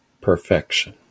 perfection